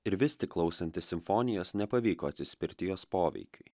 ir vis tik klausantis simfonijos nepavyko atsispirti jos poveikiui